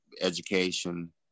education